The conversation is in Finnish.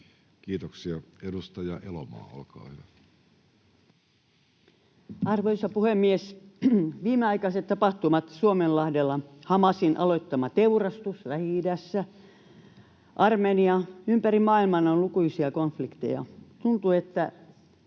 Kiitoksia. — Edustaja Elomaa, olkaa hyvä. Arvoisa puhemies! Viimeaikaiset tapahtumat Suomenlahdella, Hamasin aloittama teurastus Lähi-idässä, Armenia — ympäri maailman on lukuisia konflikteja. Tuntuu, että